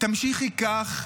תמשיכי כך,